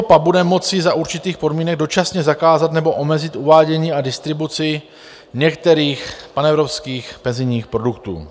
EIOPA bude moci za určitých podmínek dočasně zakázat nebo omezit uvádění a distribuci některých panevropských penzijních produktů.